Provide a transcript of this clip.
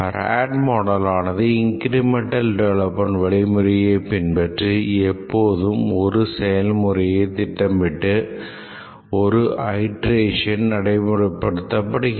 RAD மாடலானது incremental development வழிமுறையை பின்பற்றி எப்போதும் ஒரு செயல்முறையே திட்டமிட்டு ஒரு அயிட்ரேஷன் நடைமுறைப்படுத்தப்படுகிறது